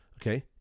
okay